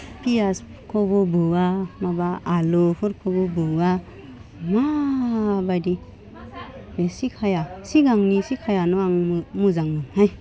फियासखौबो बुवा माबा आलुफोरखोबो बुवा मा बायदि बे सिकाया सिगांनि सिकायानो आंनि मोजांमोनहाय